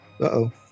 Uh-oh